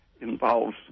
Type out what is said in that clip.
involves